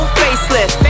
facelift